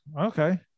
okay